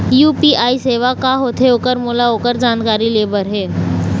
UPI सेवा का होथे ओकर मोला ओकर जानकारी ले बर हे?